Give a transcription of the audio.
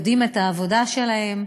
יודעים את העבודה שלהם.